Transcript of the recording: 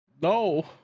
No